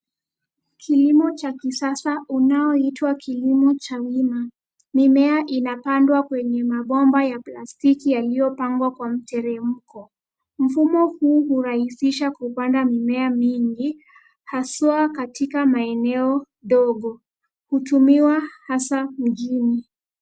Kilimo cha kisasa unaoitwa kilimo cha wima, mimea inapandwa kwenye mabomba ya plastiki yaliyopangwa kwa mteremko. Mfumo huu hurahisisha kupanda mimea mingi haswa katika maeneo dogo. Hutumiwa hasa mjini.